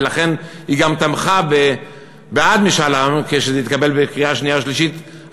ולכן היא גם תמכה בחוק משאל עם כשזה התקבל בקריאה שנייה ושלישית,